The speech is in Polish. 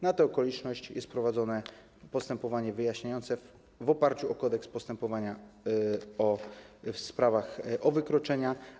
Na tę okoliczność jest prowadzone postępowanie wyjaśniające w oparciu o Kodeks postępowania w sprawach o wykroczenia.